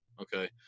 Okay